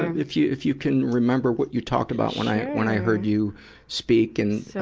if you, if you can remember what you talked about when i, when i heard you speak. and, so